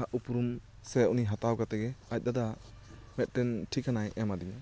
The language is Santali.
ᱟᱜ ᱩᱯᱨᱩᱢ ᱥᱮ ᱩᱱᱤ ᱦᱟᱛᱟᱣ ᱠᱟᱛᱮᱜ ᱟᱡ ᱫᱟᱫᱟᱣᱟᱜ ᱢᱤᱫᱴᱟᱝ ᱴᱷᱤᱠᱟᱱᱟᱭ ᱮᱢ ᱟᱫᱤᱧᱟ